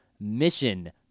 mission